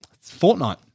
fortnight